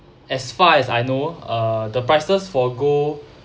as far as I know uh the prices for gold